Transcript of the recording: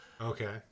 Okay